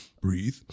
breathe